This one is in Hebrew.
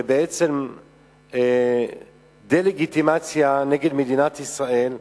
ובעצם דה-לגיטימציה, נגד מדינת ישראל,